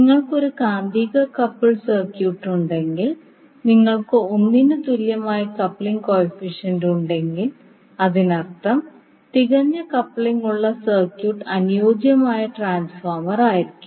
നിങ്ങൾക്ക് ഒരു കാന്തിക കപ്പിൾഡ് സർക്യൂട്ട് ഉണ്ടെങ്കിൽ നിങ്ങൾക്ക് ഒന്നിന് തുല്യമായ കപ്ലിംഗ് കോഫിഫിഷ്യന്റ് ഉണ്ടെങ്കിൽ അതിനർത്ഥം തികഞ്ഞ കപ്ലിംഗ് ഉള്ള സർക്യൂട്ട് അനുയോജ്യമായ ട്രാൻസ്ഫോർമർ ആയിരിക്കും